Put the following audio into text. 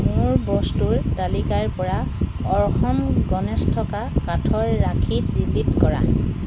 মোৰ বস্তুৰ তালিকাৰপৰা অৰ্হম গণেশ থকা কাঠৰ ৰাখী ডিলিট কৰা